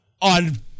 on